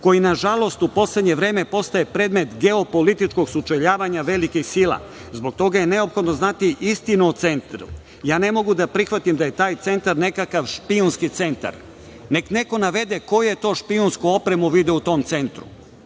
koji, nažalost, u poslednje vreme postaje predmet geopolitičkog sučeljavanja velikih sila. Zbog toga je neophodno znati istinu o centru. Ne mogu da prihvatim da je taj centar nekakav špijunski centar. Nek neko navede koju je to špijunsku opremu video u tom centru.